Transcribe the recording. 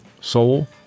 soul